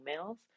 emails